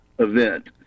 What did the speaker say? event